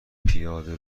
پیاده